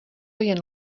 jen